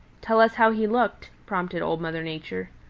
tell us how he looked, prompted old mother nature.